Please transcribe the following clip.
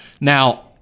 Now